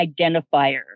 Identifier